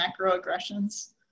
macroaggressions